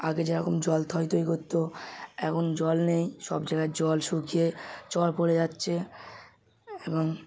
আগে যেরকম জল থই থই করত এখন জল নেই সব জায়গার জল শুকিয়ে চর পড়ে যাচ্ছে এবং